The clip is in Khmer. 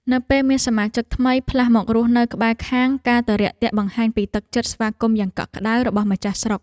នៅពេលមានសមាជិកថ្មីផ្លាស់មករស់នៅក្បែរខាងការទៅរាក់ទាក់បង្ហាញពីទឹកចិត្តស្វាគមន៍យ៉ាងកក់ក្តៅរបស់ម្ចាស់ស្រុក។